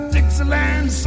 Dixieland